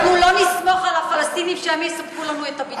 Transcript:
כי אנחנו לא נסמוך על הפלסטינים שהם יספקו לנו את הביטחון.